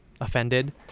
offended